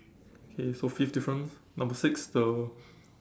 okay so fifth difference number six the